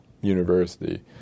university